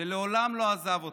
שלעולם לא עזב אותה.